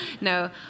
No